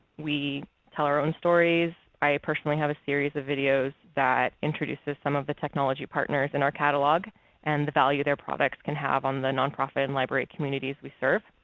we tell our own stories. i personally have a series of videos that introduces some of the technology partners in our catalog and the value their products can have on the nonprofit and library communities we serve.